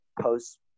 post